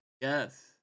Yes